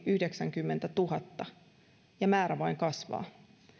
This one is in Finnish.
yhdeksänkymmentätuhatta ja määrä vain kasvaa